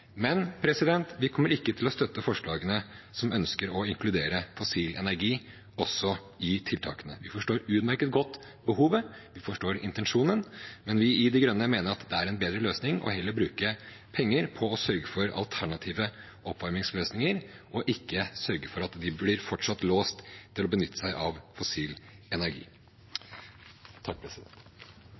men vi kommer ikke til å støtte de forslagene som ønsker å inkludere fossil energi i tiltakene. Vi forstår utmerket godt behovet, vi forstår intensjonen, men vi i De Grønne mener det er en bedre løsning heller å bruke penger på å sørge for alternative oppvarmingsløsninger, enn å sørge for at de fortsatt blir låst til å benytte seg av fossil energi.